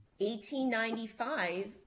1895